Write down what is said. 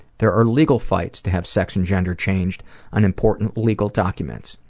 there are legal fights to have sex and gender changed on important legal documents,